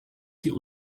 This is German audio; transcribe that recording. die